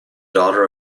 daughter